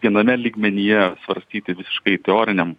viename lygmenyje svarstyti visiškai teoriniam